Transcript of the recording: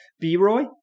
B-Roy